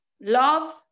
love